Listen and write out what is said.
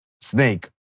snake